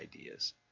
ideas